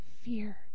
fear